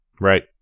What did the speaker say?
Right